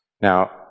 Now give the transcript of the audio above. Now